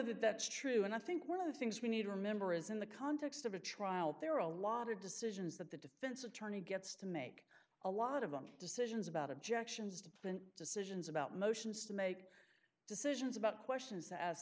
that that's true and i think one of the things we need to remember is in the context of a trial there are a lot of decisions that the defense attorney gets to make a lot of decisions about objections to been decisions about motions to make decisions about questions